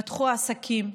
פתחו עסקים,